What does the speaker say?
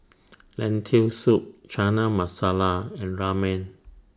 Lentil Soup Chana Masala and Ramen